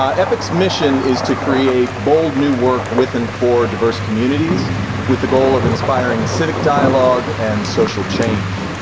um epic's mission is to create bold new work within four diverse communities with the goal of inspiring civic dialogue and social change.